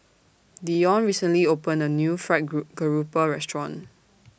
Dionne recently opened A New Fried Garoupa Restaurant